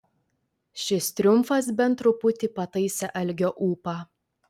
šis triumfas bent truputį pataisė algio ūpą